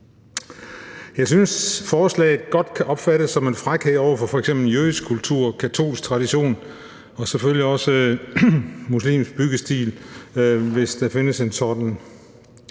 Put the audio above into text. Jeg synes, forslaget godt kan opfattes som en frækhed over for f.eks. jødisk kultur, katolsk tradition og selvfølgelig også muslimsk byggestil, hvis der findes en sådan.